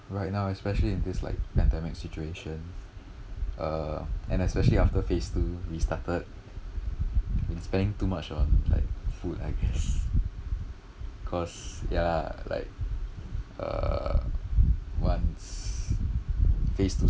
right now especially in this like pandemic situation uh and especially after phase two restarted been spending too much on like food I guess cause yah lah like uh once phase two